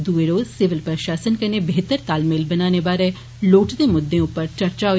दुए रोज सिविल प्रशासन कन्नै बेहतर तालमेल बनाने बारै लोड़चदे मुद्दें उप्पर चर्चा होई